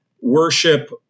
worship